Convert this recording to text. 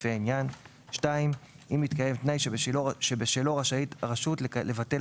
לפי העניין; אם התקיים תנאי שבשלו רשאית הרשות לבטל